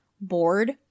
Bored